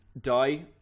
die